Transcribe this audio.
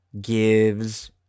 Gives